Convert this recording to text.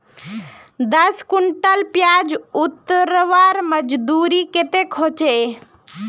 दस कुंटल प्याज उतरवार मजदूरी कतेक होचए?